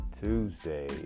Tuesday